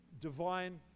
Divine